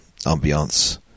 ambiance